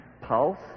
pulse